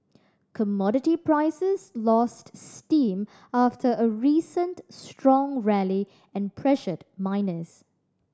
commodity prices lost steam after a recent strong rally and pressured miners